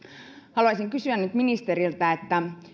haluaisin kysyä nyt ministeriltä